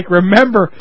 remember